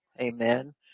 amen